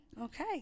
Okay